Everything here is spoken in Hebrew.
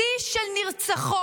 שיא של נרצחות,